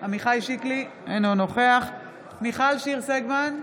עמיחי שיקלי, אינו נוכח מיכל שיר סגמן,